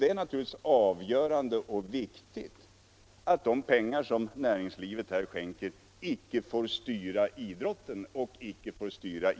Det är naturligtvis av avgörande vikt att de pengar som näringslivet skänker icke får styra idrottens inriktning.